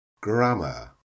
grammar